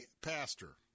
pastor